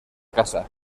casa